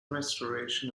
restoration